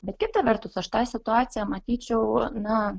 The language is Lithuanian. bet kita vertus aš tą situaciją matyčiau na